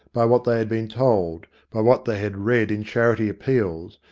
by what they had been told, by what they had read in charity appeals,